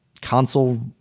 console